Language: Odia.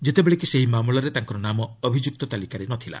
ଯେତେବେଳେ କି ସେହି ମାମଲାରେ ତାଙ୍କର ନାମ ଅଭିଯୁକ୍ତ ତାଲିକାରେ ନାହିଁ